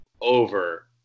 over